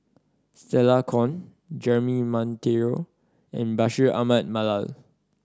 Stella Kon Jeremy Monteiro and Bashir Ahmad Mallal